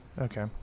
Okay